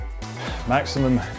maximum